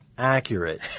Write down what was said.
accurate